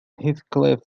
heathcliff